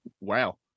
Wow